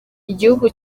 igihugu